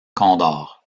condor